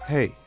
Hey